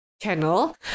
channel